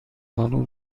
آلو